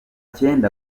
cyenda